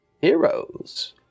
heroes